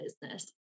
business